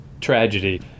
tragedy